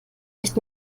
nicht